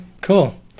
cool